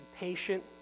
patient